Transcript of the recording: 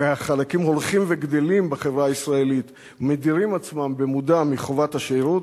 וחלקים הולכים וגדלים בחברה הישראלית מדירים עצמם במודע מחובת השירות,